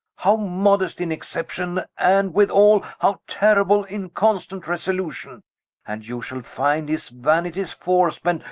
how modest in exception and withall, how terrible in constant resolution and you shall find, his vanities fore-spent,